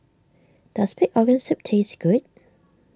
does Pig Organ Soup taste good